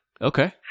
Okay